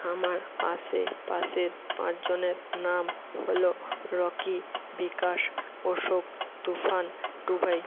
আমার আশেপাশের পাঁচজনের নাম হলো রকি বিকাশ অশোক তুফান টুবাই